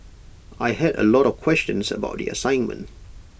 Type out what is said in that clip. I had A lot of questions about the assignment